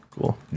Cool